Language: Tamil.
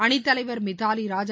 அணித்தலைவர் மித்தாலி ராஜ்